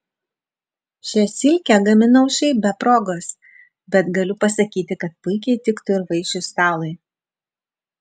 šią silkę gaminau šiaip be progos bet galiu pasakyti kad puikiai tiktų ir vaišių stalui